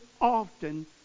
often